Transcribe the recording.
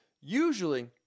usually